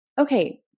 okay